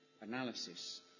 analysis